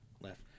left